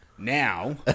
Now